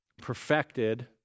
perfected